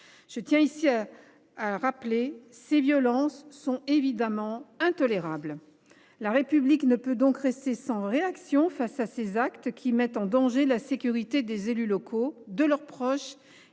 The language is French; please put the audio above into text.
Je tiens à rappeler ici que ces violences sont évidemment intolérables. La République ne peut donc rester sans réaction face à ces actes qui mettent en danger la sécurité des élus locaux et de leurs proches